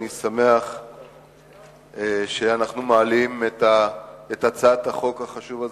אנחנו ניגש להצעת חוק של